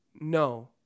No